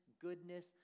goodness